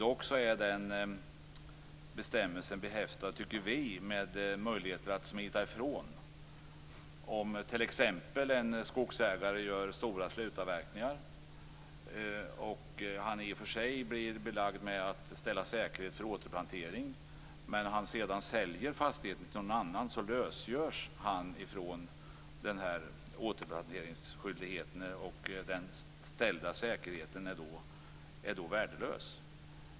Bestämmelsen är emellertid behäftad med möjligheter att smita ifrån. Om en skogsägare gör stora slutavverkningar och han blir ålagd att ställa säkerhet för återplantering och sedan säljer fastigheten till någon annan, då lösgörs han från återplanteringsskyldigheten samtidigt som den ställda säkerheten är värdelös.